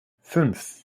fünf